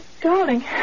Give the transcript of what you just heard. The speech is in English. Darling